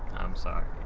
i'm sorry.